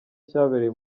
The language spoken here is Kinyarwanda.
cyabereye